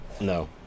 No